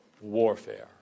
warfare